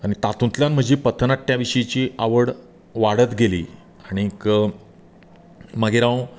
आनी तातूंतल्यान म्हजी पथनाट्या विशींची आवड वाडत गेली आनीक मागीर हांव